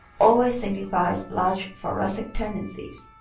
always signifies large thoracic tendencies.